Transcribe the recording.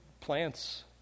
plants